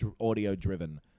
audio-driven